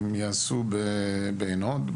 הם יעשו בעין הוד,